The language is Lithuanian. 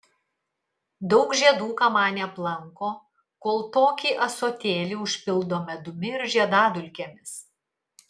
daug žiedų kamanė aplanko kol tokį ąsotėlį užpildo medumi ir žiedadulkėmis